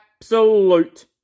absolute